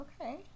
Okay